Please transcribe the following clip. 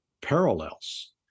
parallels